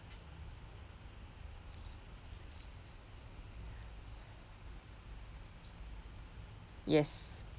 yes